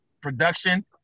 production